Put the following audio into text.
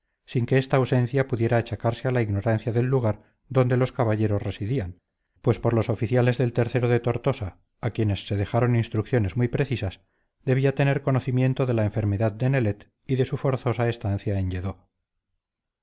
sin que esta ausencia pudiera achacarse a ignorancia del lugar donde los caballeros residían pues por los oficiales del o de tortosa a quienes se dejaron instrucciones muy precisas debía tener conocimiento de la enfermedad de nelet y de su forzosa estancia en